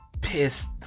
pissed